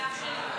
שלי לא